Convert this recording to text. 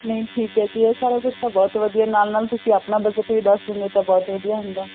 ਨਹੀਂ ਠੀਕ ਹੈ ਜੀ ਇਹ ਸਾਰਾ ਕੁਛ ਤਾਂ ਬਹੁਤ ਵਧੀਆ ਨਾਲ ਨਾਲ ਤੁਸੀਂ ਆਪਣਾ ਬਜਟ ਵੀ ਦੱਸ ਦਿੰਦੇ ਤਾਂ ਬਹੁਤ ਵਧੀਆ ਹੁੰਦਾ